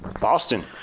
Boston